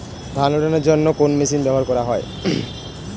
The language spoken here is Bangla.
ধান উড়ানোর জন্য কোন মেশিন ব্যবহার করা হয়?